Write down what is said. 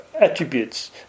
attributes